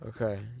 Okay